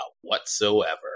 whatsoever